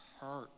hurt